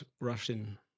Russian